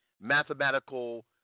mathematical